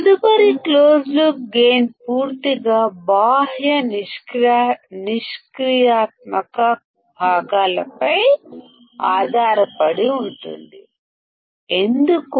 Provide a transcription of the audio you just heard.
తదుపరి closed loop gain పూర్తిగా బాహ్య నిష్క్రియాత్మక భాగాలపై ఆధారపడి ఉంటుంది ఎందుకు